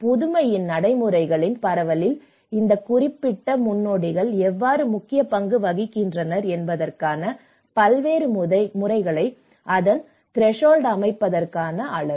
புதுமையான நடைமுறைகளின் பரவலில் இந்த குறிப்பிட்ட முன்னோடிகள் எவ்வாறு முக்கிய பங்கு வகிக்கின்றனர் என்பதற்கான பல்வேறு முறைகள் அதன் த்ரெஷோள்ட் அமைப்பதற்கான அளவு